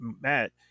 Matt